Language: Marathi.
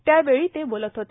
त्यावेळी ते बोलत होते